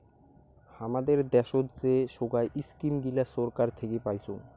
হামাদের দ্যাশোত যে সোগায় ইস্কিম গিলা ছরকার থাকি পাইচুঙ